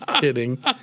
kidding